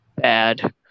Bad